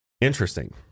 Interesting